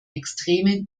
extreme